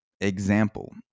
example